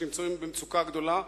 שנמצאים במצוקה גדולה,